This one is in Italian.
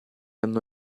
hanno